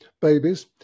babies